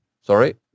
Sorry